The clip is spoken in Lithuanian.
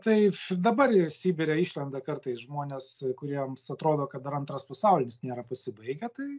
taip dabar ir sibire išlenda kartais žmonės kuriems atrodo kad dar antras pasaulis nėra pasibaigę tai